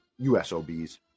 USOBs